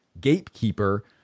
gatekeeper